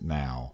now